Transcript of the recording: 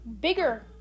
bigger